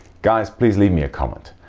guys, please leave me a comment.